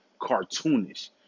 cartoonish